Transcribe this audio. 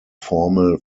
formal